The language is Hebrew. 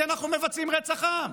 כי אנחנו מבצעים רצח עם.